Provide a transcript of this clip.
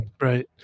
Right